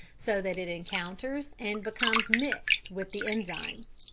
so that it encounters and becomes mixed with the enzymes.